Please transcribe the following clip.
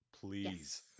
Please